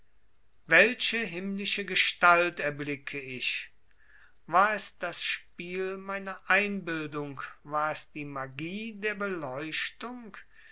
welche himmlische gestalt erblicke ich war es das spiel meiner einbildung war es die magie der beleuchtung